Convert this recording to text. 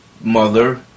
mother